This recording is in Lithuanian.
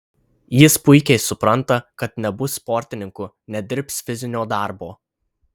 jis puikiai supranta kad nebus sportininku nedirbs fizinio darbo